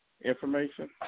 information